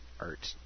art